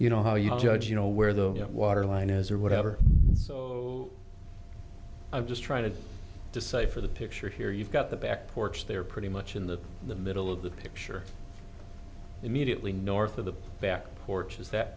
you know how you judge you know where the waterline is or whatever so i'm just trying to decipher the picture here you've got the back porch there pretty much in the in the middle of the picture immediately north of the back porch is that